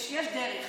יש דרך.